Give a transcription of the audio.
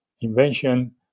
invention